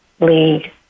lead